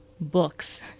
books